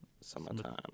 summertime